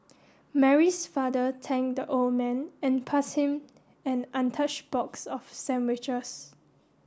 Mary's father thanked the old man and passed him an untouched box of sandwiches